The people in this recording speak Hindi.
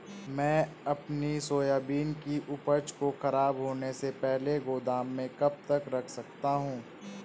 मैं अपनी सोयाबीन की उपज को ख़राब होने से पहले गोदाम में कब तक रख सकता हूँ?